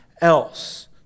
else